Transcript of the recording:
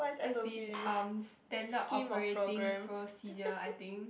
as in um standard operating procedure I think